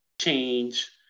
change